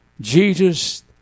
Jesus